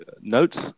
notes